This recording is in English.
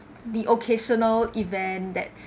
the occasional event that